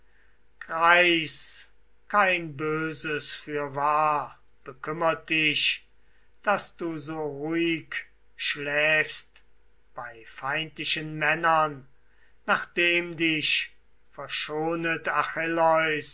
greis kein böses fürwahr bekümmert dich daß du so ruhig schläfst bei feindlichen männern nachdem dich verschonet